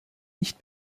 nicht